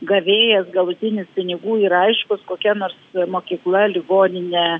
gavėjas galutinis pinigų yra aiškus kokia nors mokykla ligoninė